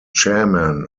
chairman